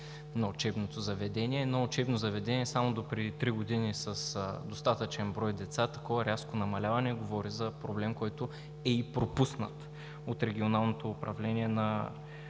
на учебното заведение. Едно учебно заведение само допреди три години с достатъчен брой деца – такова рязко намаляване говори за проблем, който е и пропуснат от Регионалното управление на